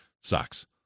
sucks